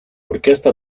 orquesta